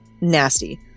nasty